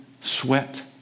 sweat